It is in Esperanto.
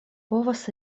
povas